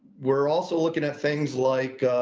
we're also looking at things like.